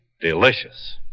delicious